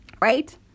Right